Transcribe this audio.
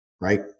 right